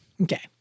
Okay